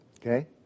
Okay